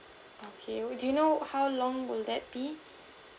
okay do you know how long will that be